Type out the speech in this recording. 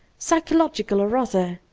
psychological or other,